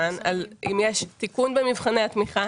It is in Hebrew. זמן אם יש סיכון במבחני התמיכה